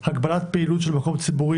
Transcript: אני מתכבד לפתוח את ישיבת ועדת החוקה,